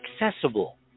accessible